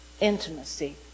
intimacy